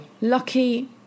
lucky